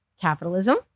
capitalism